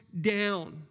down